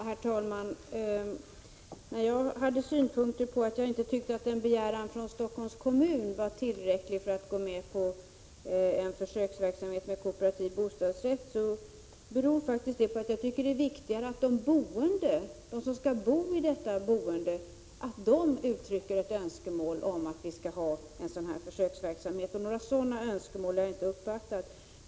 Herr talman! Att jag anförde synpunkten att en begäran från Stockholms kommun inte var tillräcklig för att man skall gå med på en försöksverksamhet med kooperativ bostadsrätt beror på att jag anser att det är viktigare att de boende uttrycker ett önskemål om en sådan försöksverksamhet. Några sådana önskemål har jag inte uppfattat.